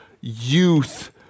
youth